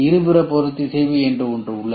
இருபுற பொறுத்திசைவு என்று ஒன்று உள்ளது